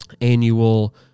annual